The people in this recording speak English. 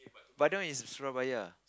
but that one is Surabaya